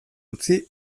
utzi